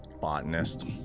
botanist